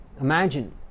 Imagine